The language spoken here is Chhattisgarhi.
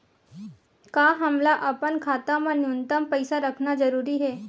का हमला अपन खाता मा न्यूनतम पईसा रखना जरूरी हे?